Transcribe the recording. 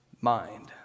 mind